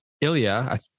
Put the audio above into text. Ilya